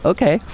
Okay